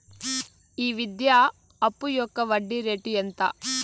ఈ విద్యా అప్పు యొక్క వడ్డీ రేటు ఎంత?